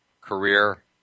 career